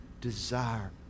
desire